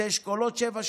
זה אשכולות 7,